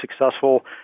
successful